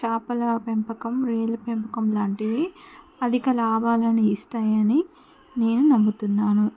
చేపల పెంపకం రొయ్యల పెంపకం లాంటివి అధిక లాభాలను ఇస్తాయని నేను న మ్ముతున్నాను